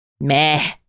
meh